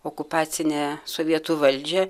okupacinę sovietų valdžią